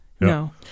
No